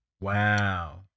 Wow